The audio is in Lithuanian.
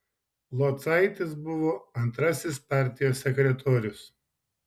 locaitis buvo antrasis partijos sekretorius